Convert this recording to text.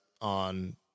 on